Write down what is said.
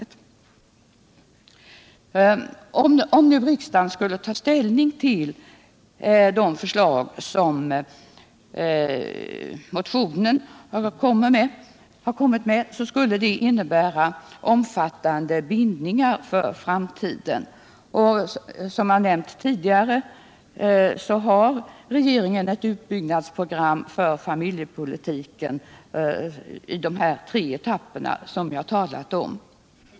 Ett ställningstagande från riksdagen för de förslag som framförs i motionen skulle innebära omfattande bindningar för framtiden. Som jag tidigare har nämnt har regeringen ett utbyggnadsprogram för familjepolitiken i tre etapper.